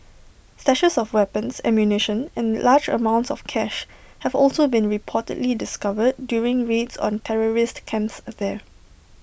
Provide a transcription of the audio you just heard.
stashes of weapons ammunition and large amounts of cash have also been reportedly discovered during raids on terrorist camps there